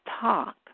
talk